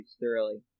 thoroughly